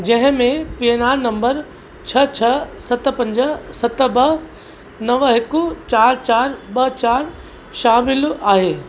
जंहिं में P N R number छह छह सत पंज सत ॿ नव हिकु चारि चारि ॿ चारि शामिल आहे